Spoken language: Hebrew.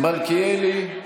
מלכיאלי,